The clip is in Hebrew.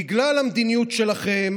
בגלל המדיניות שלכם